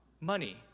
money